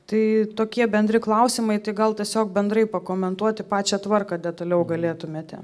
tai tokie bendri klausimai tai gal tiesiog bendrai pakomentuoti pačią tvarką detaliau galėtumėte